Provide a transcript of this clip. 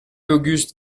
auguste